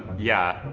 yeah,